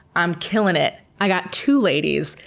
i'm killing it, i got two ladies,